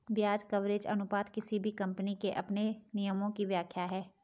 ब्याज कवरेज अनुपात किसी भी कम्पनी के अपने नियमों की व्याख्या है